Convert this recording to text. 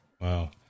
Wow